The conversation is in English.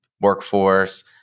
workforce